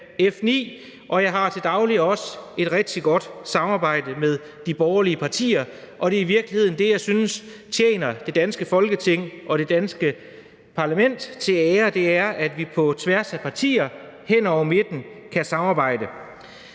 F 9, og jeg har til daglig også et rigtig godt samarbejde med de borgerlige partier, og det, jeg i virkeligheden synes tjener det danske Folketing til ære, er, at vi på tværs af partier hen over midten kan samarbejde.